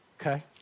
okay